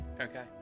Okay